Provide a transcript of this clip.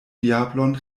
diablon